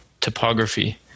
topography